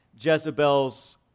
Jezebel's